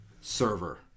server